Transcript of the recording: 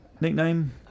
Nickname